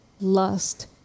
lust